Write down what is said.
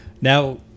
Now